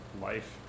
life